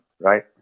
right